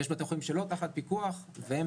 יש בתי חולים שלא תחת פיקוח והם,